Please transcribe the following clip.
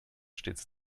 stets